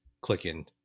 clicking